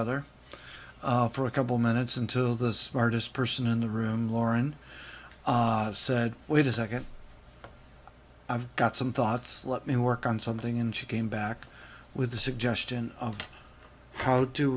other for a couple minutes until the smartest person in the room lauren said wait a second i've got some thoughts let me work on something and she came back with the suggestion of how do